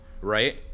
right